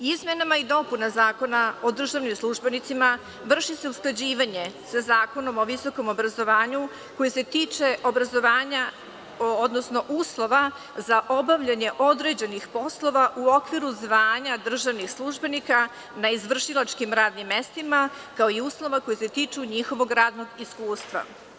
Izmenama i dopunama Zakona o državnim službenicima vrši se usklađivanje sa Zakonom o visokom obrazovanju koje se tiče obrazovanja, odnosno uslova za obavljanje određenih poslova u okviru zvanja državnih službenika na izvršilačkim radnim mestima, ako i uslova koji se tiču njihovog radnog iskustva.